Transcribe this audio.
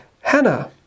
Hannah